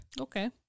Okay